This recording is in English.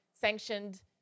sanctioned